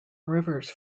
rivers